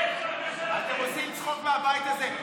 אתם עושים צחוק מהבית הזה.